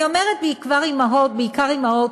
אני אומרת בעיקר אימהות,